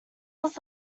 was